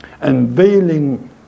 unveiling